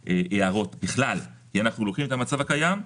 הערות כי אנחנו לוקחים את הצד הקיים,